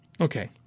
Okay